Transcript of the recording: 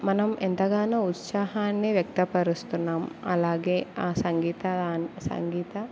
మనం ఎంతగానో ఉత్సాహాన్ని వ్యక్తపరుస్తున్నాం అలాగే ఆ సంగీత సంగీత